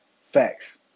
Facts